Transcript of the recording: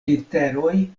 literoj